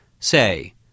Say